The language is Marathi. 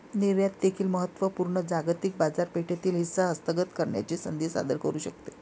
निर्यात देखील महत्त्व पूर्ण जागतिक बाजारपेठेतील हिस्सा हस्तगत करण्याची संधी सादर करू शकते